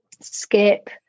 Skip